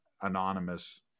anonymous